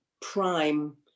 prime